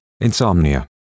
insomnia